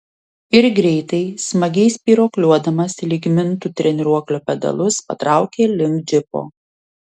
ir greitai smagiai spyruokliuodamas lyg mintų treniruoklio pedalus patraukė link džipo